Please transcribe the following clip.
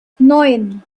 neun